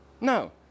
No